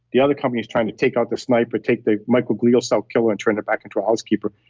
the other company's trying to take out the sniper, take the microglial cell killer and turn it back into a housekeeper.